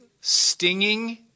stinging